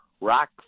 rock